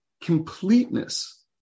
completeness